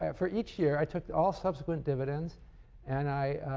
and for each year, i took all subsequent dividends and i